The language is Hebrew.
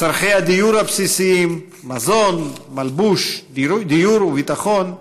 צורכי הדיור הבסיסיים, מזון, מלבוש, דיור וביטחון,